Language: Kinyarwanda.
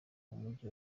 mujyi